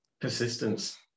Persistence